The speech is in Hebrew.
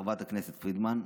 חברת הכנסת פרידמן,